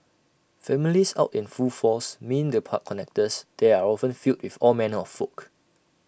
families out in full force mean the park connectors there are often filled with all manner of folk